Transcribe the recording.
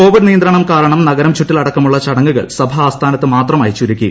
Covid നിയന്ത്രണം കാരണം നഗരം ചുറ്റൽ അടക്കമുള്ള ചടങ്ങുകൾ സഭാ ആസ്ഥാനത്ത് മാത്രമായി ചുരുക്കി